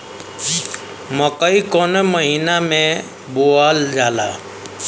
मकई कवने महीना में बोवल जाला?